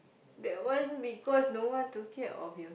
that one because no one took care of you